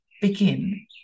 begin